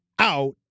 out